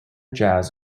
jazz